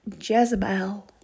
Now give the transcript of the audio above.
Jezebel